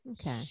Okay